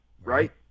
Right